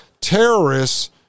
terrorists